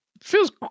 feels